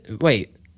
wait